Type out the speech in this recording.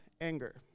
anger